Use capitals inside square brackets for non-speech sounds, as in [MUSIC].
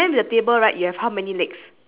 eh mine is empty circle it [NOISE]